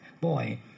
boy